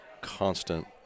constant